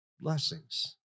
blessings